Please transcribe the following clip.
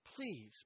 Please